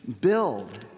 build